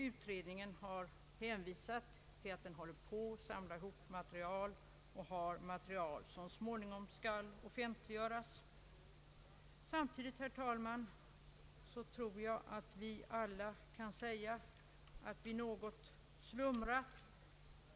Utredningen har hänvisat till att den håller på att samla ihop material eller att den har material som så småningom skall offentliggöras. Samtidigt, herr talman, tror jag att vi alla kan säga att vi här i kammaren något slumrat.